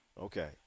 Okay